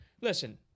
listen